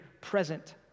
present